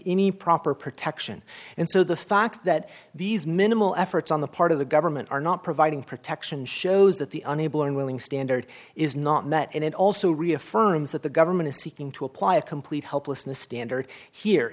any proper protection and so the fact that these minimal efforts on the part of the government are not providing protection shows that the unable or unwilling standard is not met and it also reaffirms that the government is seeking to apply a complete helplessness standard here